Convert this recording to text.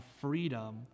freedom